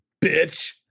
bitch